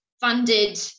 funded